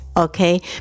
Okay